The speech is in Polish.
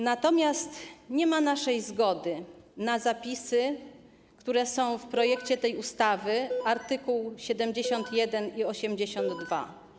Natomiast nie ma naszej zgody na zapisy, które są w projekcie tej ustawy - art. 71 i art. 82.